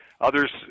Others